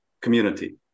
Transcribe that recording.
community